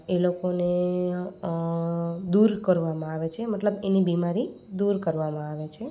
એ લોકોને દૂર કરવામાં આવે છે મતલબ એની બીમારી દૂર કરવામાં આવે છે